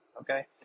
okay